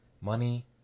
money